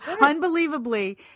unbelievably